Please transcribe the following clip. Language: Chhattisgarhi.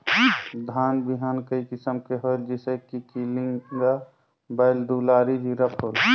धान बिहान कई किसम के होयल जिसे कि कलिंगा, बाएल दुलारी, जीराफुल?